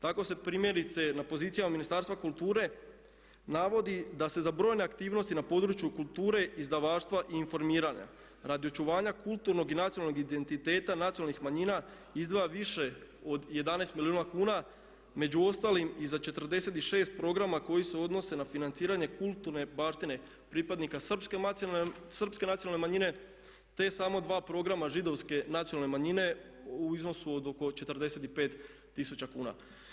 Tako se primjerice na pozicijama Ministarstva kulture navodi da se za brojne aktivnosti na području kulture, izdavaštva i informiranja radi očuvanja kulturnog i nacionalnog identiteta nacionalnih manjina izdvaja više od 11 milijuna kuna među ostalim i za 46 programa koji se odnose na financiranje kulturne baštine pripadnika srpske nacionalne manjine te samo 2 programa židovske nacionalne manjine u iznosu od oko 45 tisuća kuna.